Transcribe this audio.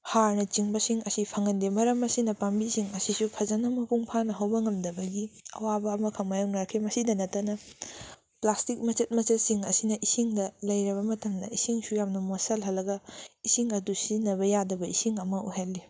ꯍꯥꯔꯅ ꯆꯤꯡꯕꯁꯤꯡ ꯑꯁꯤ ꯐꯪꯍꯟꯗꯦ ꯃꯔꯝ ꯑꯁꯤꯅ ꯄꯥꯝꯕꯤꯁꯤꯡ ꯑꯁꯤꯁꯨ ꯐꯖꯅ ꯃꯄꯨꯅ ꯐꯥꯅ ꯍꯧꯕ ꯉꯝꯗꯕꯒꯤ ꯑꯋꯥꯕ ꯑꯃꯈꯛ ꯃꯥꯏꯌꯣꯅꯔꯛꯈꯤ ꯃꯁꯤꯗ ꯅꯠꯇꯅ ꯄ꯭ꯂꯥꯁꯇꯤꯛ ꯃꯆꯦꯠ ꯃꯆꯦꯠꯁꯤꯡ ꯑꯁꯤꯅ ꯏꯁꯤꯡꯗ ꯂꯩꯔꯕ ꯃꯇꯝꯗ ꯏꯁꯤꯡꯁꯨ ꯌꯥꯝꯅ ꯃꯣꯠꯁꯤꯜꯍꯜꯂꯒ ꯏꯁꯤꯡ ꯑꯗꯨ ꯁꯤꯖꯤꯟꯅꯕ ꯌꯥꯗꯕ ꯏꯁꯤꯡ ꯑꯃ ꯑꯣꯏꯍꯜꯂꯤ